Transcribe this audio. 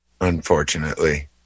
unfortunately